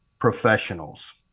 professionals